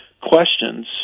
questions